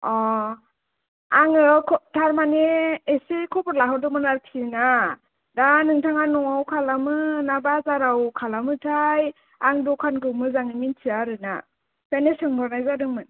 अ आङो थारमानि एसे खबर लाहरदोंमोन आरखि ना दा नोंथाङा न'आव खालामो ना बाजाराव खालामो थाय आं दखानखौ मोजाङै मिन्थिया आरो ना ओंखायनो सोंहरनाय जादोंमोन